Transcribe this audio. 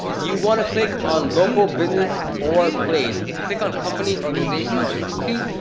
you want to click on local business or place. if you click on company, organization, or institution,